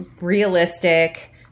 realistic